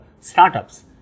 startups